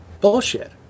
bullshit